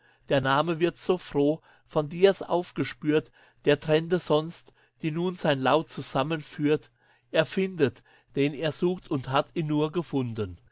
der name wird so froh von diaz aufgespürt der trennte sonst die nun sein laut zusammenführt er findet den er sucht und hat ihn nun gefunden